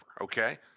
Okay